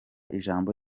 ijambo